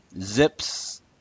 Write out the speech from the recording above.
Zips